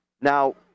Now